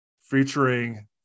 featuring